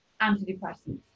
antidepressants